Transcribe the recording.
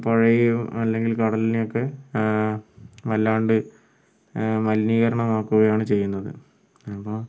പുഴയോ അല്ലെങ്കിൽ കടലിനെയൊക്കെ വല്ലാണ്ട് മലിനീകരണമാക്കുകയാണ് ചെയ്യുന്നത് അപ്പോൾ